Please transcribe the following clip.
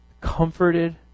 comforted